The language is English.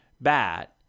bat